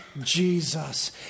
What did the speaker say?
Jesus